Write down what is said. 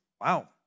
Wow